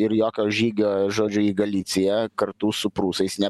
ir jokio žygio žodžiu į galiciją kartu su prūsais ne